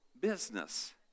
business